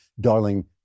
darling